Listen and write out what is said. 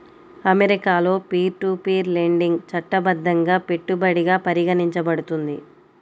అమెరికాలో peer to peer lending చట్టబద్ధంగా పెట్టుబడిగా పరిగణించబడుతుంది